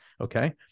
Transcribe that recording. Okay